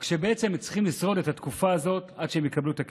רק שבעצם הם צריכים לשרוד את התקופה הזאת עד שהם יקבלו את הכסף.